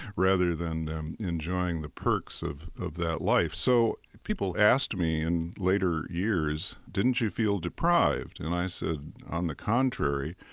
rather than enjoying the perks of of that life. so people asked me in later years, didn't you feel deprived? and i said on the contrary,